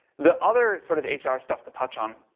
the other sort of hr stuff to touch on,